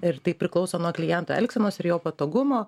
ir tai priklauso nuo kliento elgsenos ir jo patogumo